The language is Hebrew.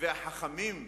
והחכמים,